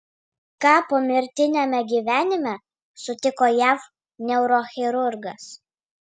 ką pomirtiniame gyvenime sutiko jav neurochirurgas